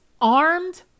armed